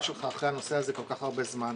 שלך אחרי הנושא הזה במשך כל כך הרבה זמן.